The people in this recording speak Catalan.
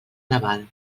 naval